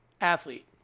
athlete